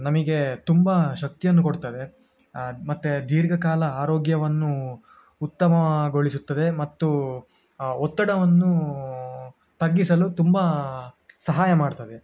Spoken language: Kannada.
ನಮಗೆ ತುಂಬ ಶಕ್ತಿಯನ್ನು ಕೊಡ್ತದೆ ಮತ್ತು ದೀರ್ಘಕಾಲ ಆರೋಗ್ಯವನ್ನು ಉತ್ತಮಗೊಳಿಸುತ್ತದೆ ಮತ್ತು ಒತ್ತಡವನ್ನು ತಗ್ಗಿಸಲು ತುಂಬ ಸಹಾಯ ಮಾಡ್ತದೆ